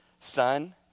son